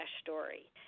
story